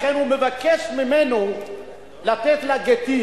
לכן הוא מבקש ממנו לתת לה גט.